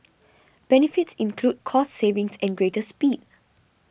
benefits include cost savings and greater speed